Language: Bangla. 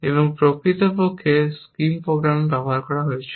এবং প্রকৃতপক্ষে স্কিপ প্রোগ্রামে ব্যবহৃত হয়েছিল